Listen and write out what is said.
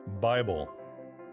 Bible